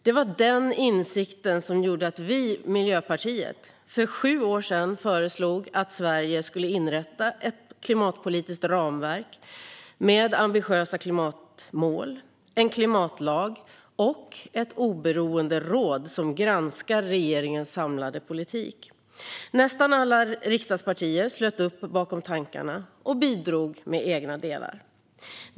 Det var den insikten som gjorde att vi i Miljöpartiet för sju år sedan föreslog att Sverige skulle inrätta ett klimatpolitiskt ramverk med ambitiösa klimatmål, en klimatlag och ett oberoende råd som granskar regeringens samlade politik. Nästan alla riksdagspartier slöt upp bakom tankarna och bidrog med egna delar.